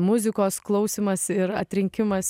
muzikos klausymas ir atrinkimas